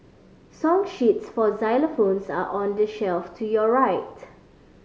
song sheets for xylophones are on the shelf to your right